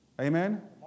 Amen